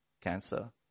cancer